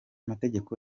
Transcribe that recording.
mategeko